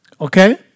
Okay